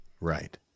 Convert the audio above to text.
Right